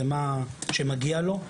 זה מה שמגיע לו,